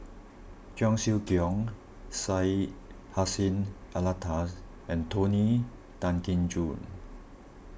Cheong Siew Keong Syed Hussein Alatas and Tony Tan Keng Joo